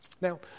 Now